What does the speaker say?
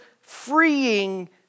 freeing